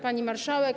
Pani Marszałek!